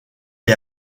est